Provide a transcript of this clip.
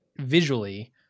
visually